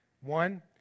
One